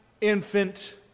infant